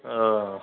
ओ